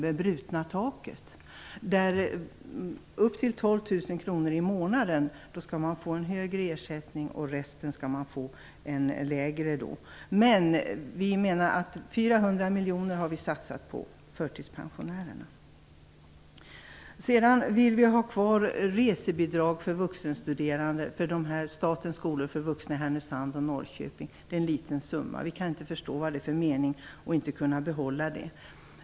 När det gäller belopp upp till 12 000 kr i månaden skall man få högre ersättning och för resten skall man få lägre ersättning. Vi har satsat Vi vill ha kvar resebidrag för vuxenstuderande för statens skolor för vuxna i Härnösand och Norrköping. Det är en liten summa. Vi kan inte förstå vad det är för mening med att inte behålla det.